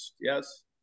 Yes